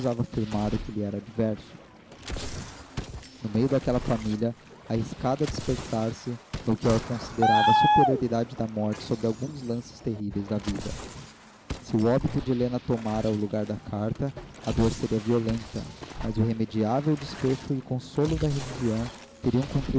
o que lhe era adverso no meio daquela família arriscada a dispersar se melchior considerava a superioridade da morte sobre alguns lances terríveis da vida se o óbito de helena tomara o lugar da carta a dor seria violenta mas o irremediável desfecho e o consolo da religião teriam